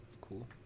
Cool